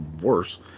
worse